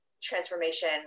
transformation